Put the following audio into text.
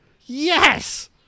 Yes